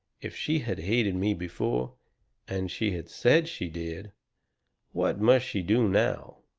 if she had hated me before and she had said she did what must she do now?